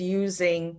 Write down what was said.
using